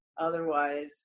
otherwise